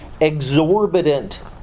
exorbitant